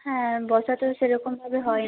হ্যাঁ বসা তো সেরকমভাবে হয়নি